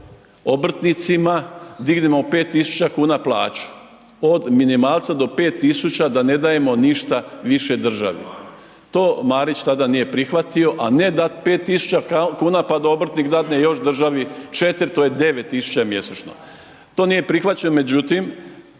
obrtnicima dignemo 5.000 kuna plaću od minimalca do 5.000 da ne dajemo ništa više državi. To Marić tada nije prihvatio, a ne dati 5.000 kuna pa da obrtnik dadne još državi 4, to je 9.000 mjesečno. To nije prihvaćeno. Međutim,